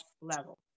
level